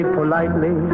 politely